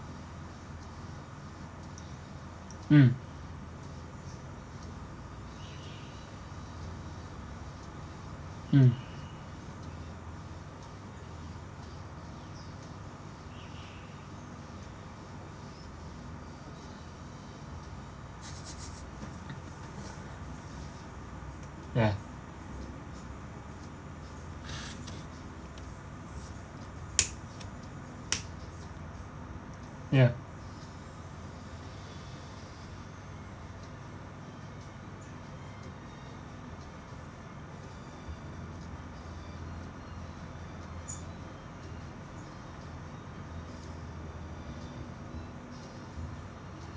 mm mm ya ya